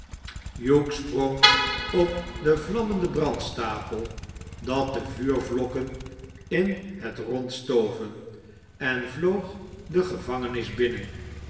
sprong op den vlammenden brandstapel datde vuurvlokken in het rond stoven en vloog de gevangenis brnnen